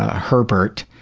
herbert,